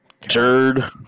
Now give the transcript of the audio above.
Jerd